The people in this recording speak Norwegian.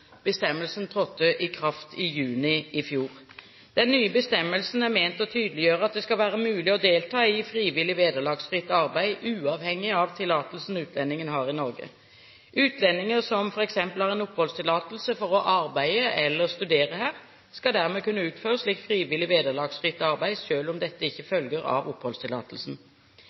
Bestemmelsen trådte i kraft i juni i fjor. Den nye bestemmelsen er ment å tydeliggjøre at det skal være mulig å delta i frivillig, vederlagsfritt arbeid uavhengig av tillatelsen utlendingen har i Norge. Utlendinger som f.eks. har en oppholdstillatelse for å arbeide eller studere her, skal dermed kunne utføre slikt frivillig, vederlagsfritt arbeid, selv om dette ikke følger av oppholdstillatelsen.